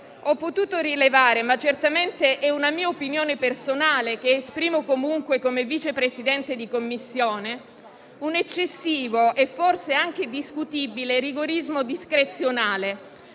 ho potuto rilevare - certamente è una mia opinione personale, che esprimo comunque come Vice Presidente di Commissione - un eccessivo e forse anche discutibile rigorismo discrezionale,